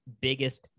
biggest